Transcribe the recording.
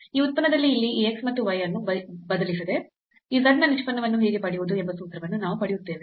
ಈ ಉತ್ಪನ್ನದಲ್ಲಿ ಇಲ್ಲಿ ಈ x ಮತ್ತು y ಅನ್ನು ಬದಲಿಸದೆ ಈ z ನ ನಿಷ್ಪನ್ನವನ್ನು ಹೇಗೆ ಪಡೆಯುವುದು ಎಂಬ ಸೂತ್ರವನ್ನು ನಾವು ಪಡೆಯುತ್ತೇವೆ